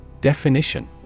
Definition